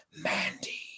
mandy